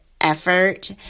effort